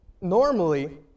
normally